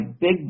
big